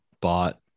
bought